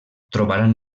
trobaran